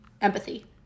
Empathy